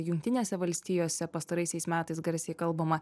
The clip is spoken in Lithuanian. jungtinėse valstijose pastaraisiais metais garsiai kalbama